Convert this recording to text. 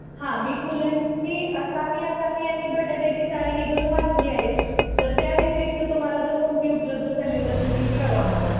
हां मी पुलंची असा मी असामी आनि बटाट्याची चाळ ही दोन वाचली आहेत तर त्या व्यतिरिक्त तुम्हाला जर कोणती उपलब्ध झाली तर तुम्ही कळवा मला